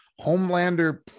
homelander